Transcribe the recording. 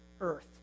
earth